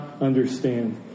understand